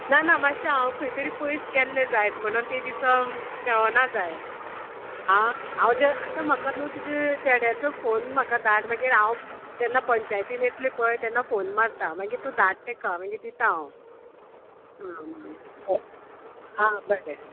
ना ना मातशें हांव खंय तरी पयस गेल्लें जायत म्हणून ते दिसा ना जायत आ हांव जे आतां म्हाका न्हू तुजे चेड्याचो फोन म्हाका धाड मागीर हांव जेन्ना पंचायतीन येतलें पय तेन्ना फोन मारता मागीर तूं धाड तेका मागीर दिता हांव आं आं बरें